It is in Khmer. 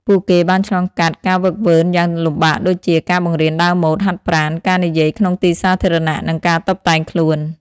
ពួកគេបានឆ្លងកាត់ការហ្វឹកហ្វឺនយ៉ាងលំបាកដូចជា ការបង្រៀនដើរម៉ូដ ហាត់ប្រាណ ការនិយាយក្នុងទីសាធារណៈ និងការតុបតែងខ្លួន។